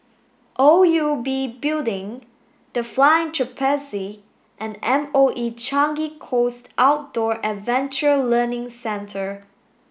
O U B Building The Flying Trapeze and M O E Changi Coast Outdoor Adventure Learning Centre